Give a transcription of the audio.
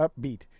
upbeat